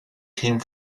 came